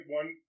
one